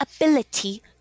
ability